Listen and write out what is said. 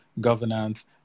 governance